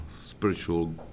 spiritual